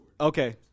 okay